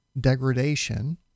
degradation